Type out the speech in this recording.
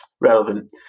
relevant